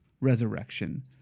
resurrection